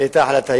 את ההחלטה.